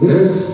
Yes